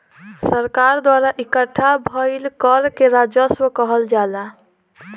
सरकार द्वारा इकट्ठा भईल कर के राजस्व कहल जाला